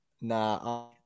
Nah